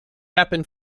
happen